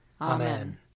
Amen